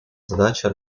задачей